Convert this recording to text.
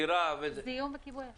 גרירה --- גם כתוב במפורש "סיוע וכיבוי אש.